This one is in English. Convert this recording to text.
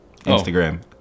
Instagram